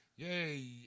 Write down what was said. yay